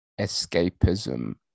escapism